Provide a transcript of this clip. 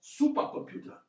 supercomputer